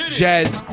jazz